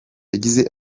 yagize